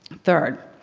third,